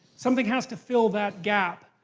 something has to fill that gap.